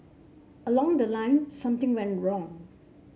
along the line something went wrong